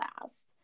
last